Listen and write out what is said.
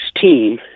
team